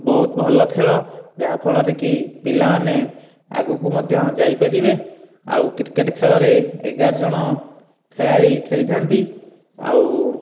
ବହୁତ ଭଲ ଖେଳ ଯାହାଫଳରେ କି ପିଲାମାନେ ଆଗକୁ ମଧ୍ୟ ଯାଇପାରିବେ ଆଉ କ୍ରିକେଟ ଖେଳରେ ଏଗାରଜଣ ଖେଳାଳି ଖେଳିଥାନ୍ତି ଆଉ